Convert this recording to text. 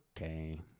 Okay